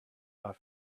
are